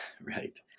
right